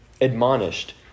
admonished